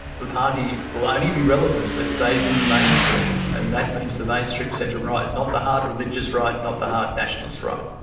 the party will only be relevant if it stays in the mainstream and that means the mainstream centre right. not the hard religious right. not the hard nationalist right.